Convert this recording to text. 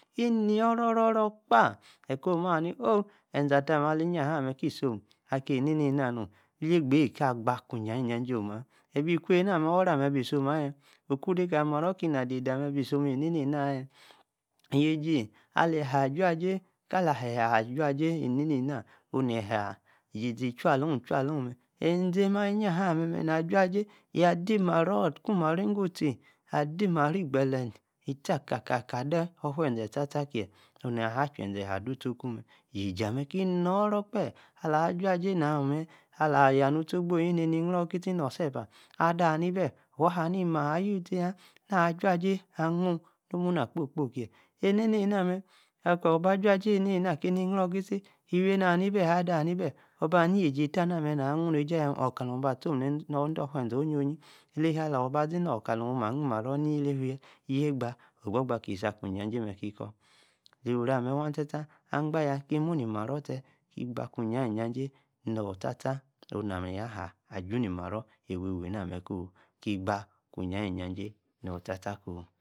Yaji arri amee iníoro-oro kpa eii ko ma haa nii, oh eze ali-yaihaa-amae ki som aki aneanea, na nom mea, yaigba ki som awii ejajae. Anaa, Oro amea bi som ayaan, okí de ka lí- maror, ki naa dedea bi som ayag, ezee ali yaa nom mae, Jeć tíakaka adım marron chei, ono-eyi, ahaa chezei adutiku mae. yadıma inorokpe, ador anii bae na anoora? nomuna kpompo waa chei, anamar actor animebe, Ogbaa haa ni yaji ettaa Horm tha iname la-ane ejei jame Ohalor oag tism kali marrar no-ufuze kalimarros, ner daa nu no mai neem Morror yaa, oro-maa waia tia tia, abanya yaa ki munimatra tie, kowna ija-ija, ki muni-marror tie-ki baar kwaa e isá ijai.